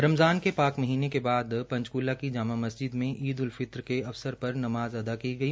रमज़ान के पाक महीनें के बाद पंचकूला की जामा मस्जिद में ईद उल फितर के अवसर पर नमाज़ अदा की गई